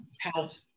Health